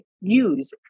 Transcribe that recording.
use